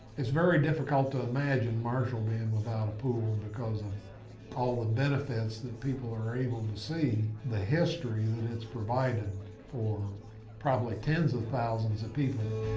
it's very difficult to imagine marshall being without a pool because of all the benefits that people are able to see, the history that it's provided for probably tens of thousands of people.